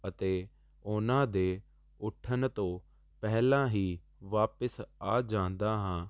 ਅਤੇ ਉਹਨਾਂ ਦੇ ਉੱਠਣ ਤੋਂ ਪਹਿਲਾਂ ਹੀ ਵਾਪਿਸ ਆ ਜਾਂਦਾ ਹਾਂ